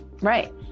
Right